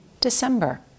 December